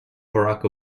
barack